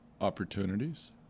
opportunities